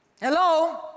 Hello